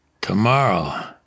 tomorrow